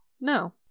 No